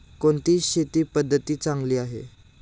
कोणती शेती पद्धती चांगली आहे?